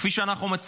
כפי שאנחנו מציעים?